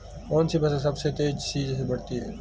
कौनसी फसल सबसे तेज़ी से बढ़ती है?